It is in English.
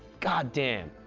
goddamn,